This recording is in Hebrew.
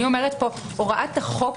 אני אומרת הוראת החוק